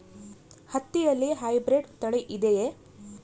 ಹತ್ತಿಯಲ್ಲಿ ಹೈಬ್ರಿಡ್ ತಳಿ ಇದೆಯೇ?